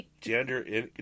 Gender